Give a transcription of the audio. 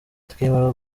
tukimara